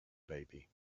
baby